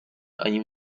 ani